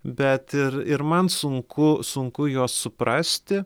bet ir ir man sunku sunku juos suprasti